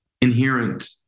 inherent